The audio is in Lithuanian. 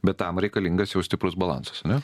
bet tam reikalingas jau stiprus balansas ane